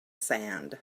sand